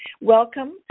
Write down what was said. welcome